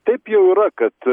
taip jau yra kad